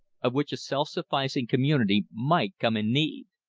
of which a self-sufficing community might come in need.